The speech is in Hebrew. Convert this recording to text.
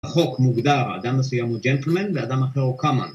החוק מוגדר אדם מסוים הוא ג'נטלמן ואדם אחר הוא קאמן